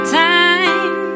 time